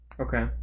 Okay